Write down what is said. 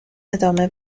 ادامه